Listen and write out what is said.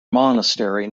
monastery